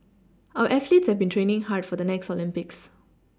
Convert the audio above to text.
our athletes have been training hard for the next Olympics